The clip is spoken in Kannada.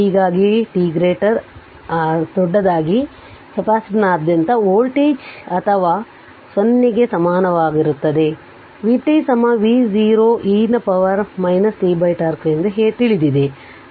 ಹೀಗಾಗಿ t ಗಾಗಿ ಕೆಪಾಸಿಟರ್ನಾದ್ಯಂತದ ವೋಲ್ಟೇಜ್ ಅಥವಾ 0 ಗೆ ಸಮನಾಗಿರುತ್ತದೆ v t V0 e ನ ಪವರ್ t τ ಎಂದು ತಿಳಿದಿದೆ